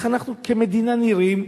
איך אנחנו כמדינה נראים,